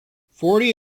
forty